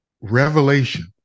revelation